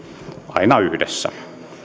aina yhdessä